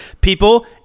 people